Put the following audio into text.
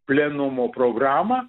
plenumo programą